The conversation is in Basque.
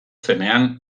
zenean